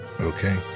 Okay